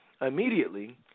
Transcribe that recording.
Immediately